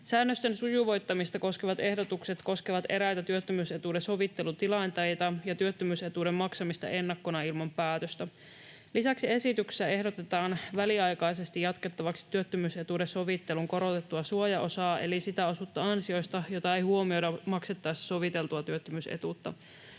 Säännösten sujuvoittamista koskevat ehdotukset koskevat eräitä työttömyysetuuden sovittelutilanteita ja työttömyysetuuden maksamista ennakkona ilman päätöstä. Lisäksi esityksessä ehdotetaan väliaikaisesti jatkettavaksi työttömyysetuuden sovittelun korotettua suojaosaa eli sitä osuutta ansioista, jota ei huomioida maksettaessa soviteltua työttömyysetuutta.